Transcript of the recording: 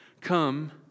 come